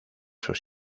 sus